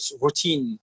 routine